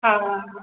हा